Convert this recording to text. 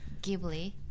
Ghibli*